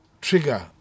trigger